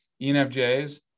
ENFJs